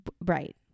Right